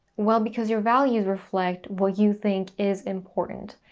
well, because your values reflect what you think is important,